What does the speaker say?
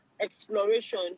exploration